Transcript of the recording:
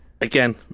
Again